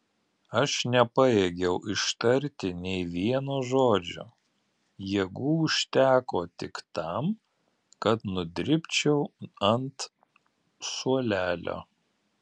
aš nepajėgiau ištarti nė vieno žodžio jėgų užteko tik tam kad nudribčiau ant suolelio